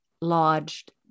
lodged